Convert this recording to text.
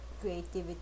creativity